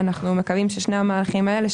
אנחנו מקווים ששני המהלכים האלה,